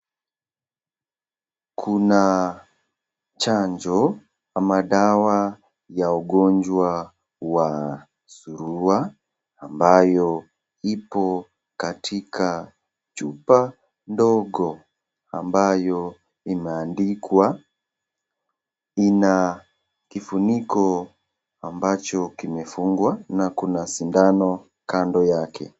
Kuna chanjo ama dawa ya ugonjwa wa suruwa ambayo ipo katika chupa ndogo ambayo imeandikwa, ina kifuniko ambacho kimefungwa na kuna sindano kando yake.